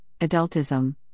adultism